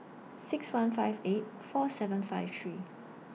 six one five eight four seven five three